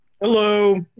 Hello